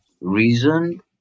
reason